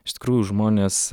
iš tikrųjų žmonės